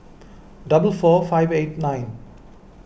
double four five eight nine